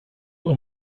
uhr